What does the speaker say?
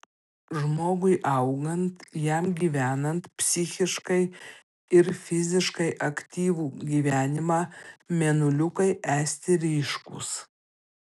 žmogui augant jam gyvenant psichiškai ir fiziškai aktyvų gyvenimą mėnuliukai esti ryškūs